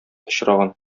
очраган